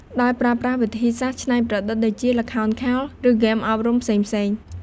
ដោយប្រើប្រាស់វិធីសាស្ត្រច្នៃប្រឌិត ដូចជាល្ខោនខោល ឬហ្គេមអប់រំផ្សេងៗ។